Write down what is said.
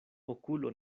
okulo